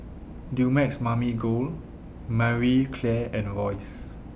Dumex Mamil Gold Marie Claire and Royce